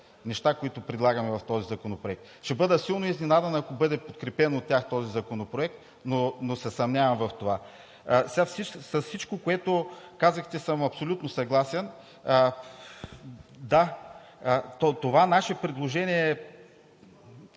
неща, които предлагаме в този законопроект. Ще бъда силно изненадан, ако бъде подкрепен от тях този законопроект, но се съмнявам в това. С всичко, което казахте, съм абсолютно съгласен. Да, това наше предложение е